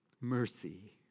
Mercy